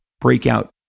breakout